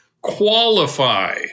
qualify